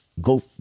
go